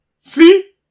See